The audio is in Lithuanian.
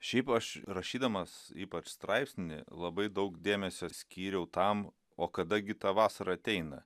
šiaip aš rašydamas ypač straipsnį labai daug dėmesio skyriau tam o kada gi ta vasara ateina